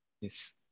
Yes